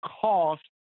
Cost